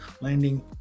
landing